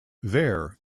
there